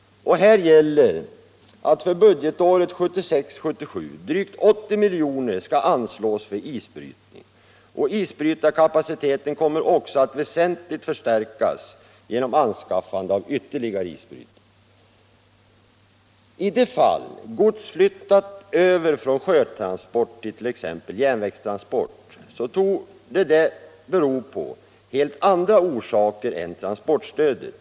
Här gäller att för budgetåret 1976/77 drygt 80 milj.kr. skall anslås för isbrytning. Isbrytarkapaciteten kommer också att förstärkas väsentligt genom anskaffande av ytterligare isbrytare. I de fall gods flyttar över från sjötransport till landtransport torde detta ha helt andra orsaker än transportstödet.